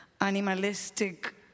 animalistic